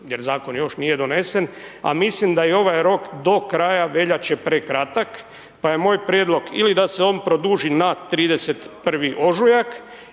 jer Zakon još nije donesen, a mislim da je i ovaj rok do kraja veljače, prekratak, pa je moj prijedlog ili da se on produži na 31. ožujak